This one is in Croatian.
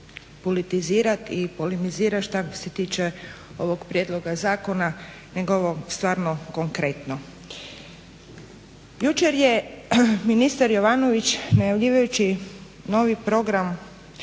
politizirati i polemizirati što se tiče ovog prijedloga zakona nego o ovom stvarno konkretno. Jučer je ministar Jovanović najavljujući novi program